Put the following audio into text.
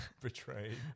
betrayed